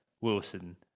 Wilson